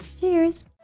Cheers